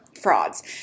frauds